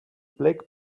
black